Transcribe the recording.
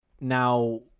Now